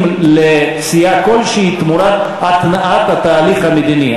לסיעה כלשהי תמורת התנעת התהליך המדיני?